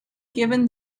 given